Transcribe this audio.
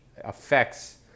affects